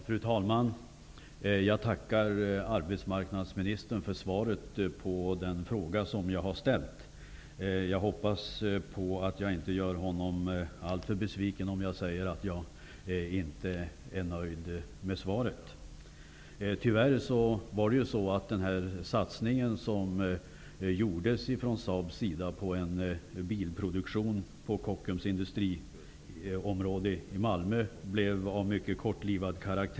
Fru talman! Jag tackar arbetsmarknadsministern för svaret på den fråga som jag har ställt. Jag hoppas att jag inte gör honom alltför besviken om jag säger att jag inte är nöjd med svaret. Tyvärr blev den satsning som gjordes från Saab:s sida på en bilproduktion på Kockums industriområde i Malmö mycket kortlivad.